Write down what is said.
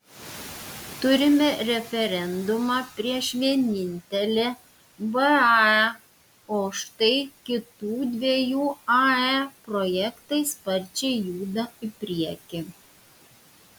turime referendumą prieš vienintelę vae o štai kitų dviejų ae projektai sparčiai juda į priekį